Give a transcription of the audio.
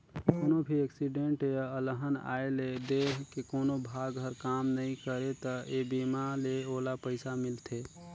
कोनो भी एक्सीडेंट य अलहन आये ले देंह के कोनो भाग हर काम नइ करे त ए बीमा ले ओला पइसा मिलथे